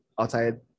outside